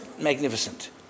magnificent